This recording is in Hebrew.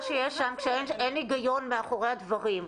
שיש שם כשאין היגיון מאחורי הדברים.